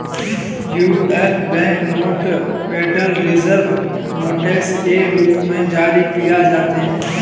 US bank note federal reserve notes के रूप में जारी किए जाते हैं